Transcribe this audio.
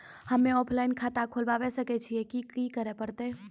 हम्मे ऑफलाइन खाता खोलबावे सकय छियै, की करे परतै?